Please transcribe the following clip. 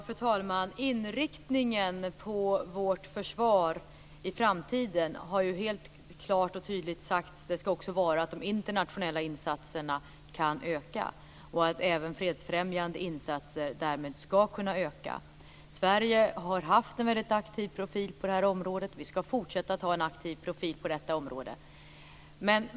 Fru talman! Det har klart och tydligt sagts att inriktningen på vårt försvar i framtiden ska vara att de internationella insatserna kan öka och att även fredsfrämjande insatser därmed ska kunna öka. Sverige har haft en väldigt aktiv profil på detta område, och vi ska fortsätta att ha det.